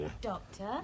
Doctor